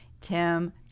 Tim